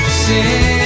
sing